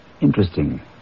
Interesting